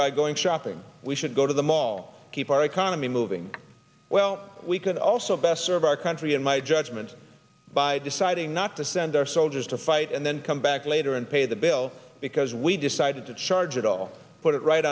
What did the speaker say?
by going shopping we should go to the mall keep our economy moving well we can also best serve our country in my judgment by deciding not to send our soldiers to fight and then come back later and pay the bill because we decided to charge it all put it right